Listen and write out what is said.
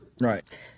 Right